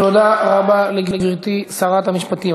תודה רבה לגברתי שרת המשפטים.